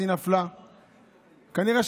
כנראה,